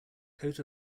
coat